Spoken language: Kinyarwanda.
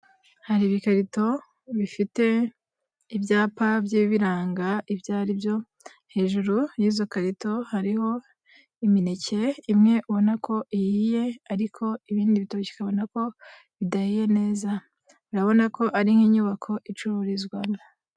Hari ibikarito bifite ibyapa bigiye biranga ibyo aribyo, hejuru y'izo karito hariho imineke. Imwe ubona ko ihiye, ariko ibindi bitoki ukabona ko bidahiye neza, urabona ko ari nk'inyubako icururizwamo.